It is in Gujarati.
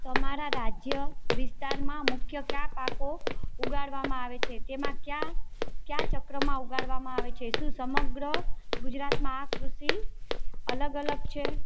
તમારા રાજ્ય વિસ્તારમાં મુખ્ય કયા પાકો ઉગાડવામાં આવે છે તેને કયા કયા ચક્રમાં ઉગાડવામાં આવે છે શું સમગ્ર ગુજરાતમાં આ કૃષિ અલગ અલગ છે